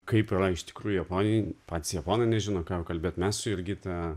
kaip yra iš tikrųjų japonijoj patys japonai nežino ką kalbėt mes su jurgita